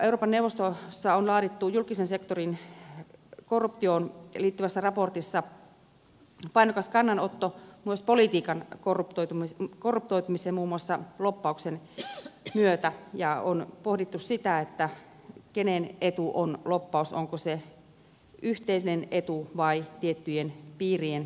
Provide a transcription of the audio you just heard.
euroopan neuvostossa on laadittu julkisen sektorin korruptioon liittyvässä raportissa painokas kannanotto myös politiikan korruptoitumiseen muun muassa lobbauksen myötä ja on pohdittu sitä kenen etu on lobbaus onko se yhteinen etu vai tiettyjen piirien etu